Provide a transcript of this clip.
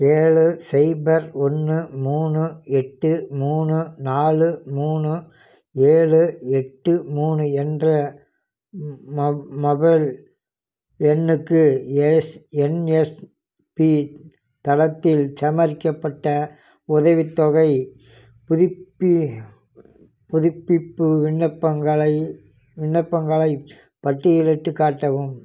ஏழு சைபர் ஒன்று மூணு எட்டு மூணு நாலு மூணு ஏழு எட்டு மூணு என்ற மொபைல் எண்ணுக்கு என்எஸ்பி தளத்தில் சமரிக்கப்பட்ட உதவித்தொகை புதுப்பி புதுப்பிப்பு விண்ணப்பங்களை விண்ணப்பங்களை பட்டியலிட்டு காட்டவும்